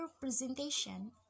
presentation